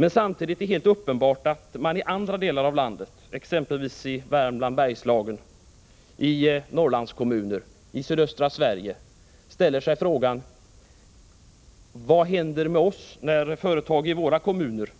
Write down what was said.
Men samtidigt är det helt uppenbart att man i andra delar av landet — exempelvis i Värmland, i Bergslagen, i Norrlands kommuner och i sydöstra Sverige — ställer sig frågan: Vad händer när företag i våra kommuner